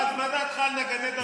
יועז, מה דעתך על נגני דרבוקות?